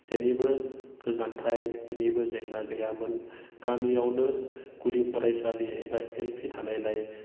जेनिबो गोजानथाय बेनिबो जेंना गैयामोन गामियावनो गुदि फरायसालि एबा एल पि थानायलाय